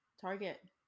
target